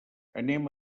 anem